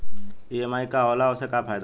EMI का होला और ओसे का फायदा बा?